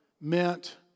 meant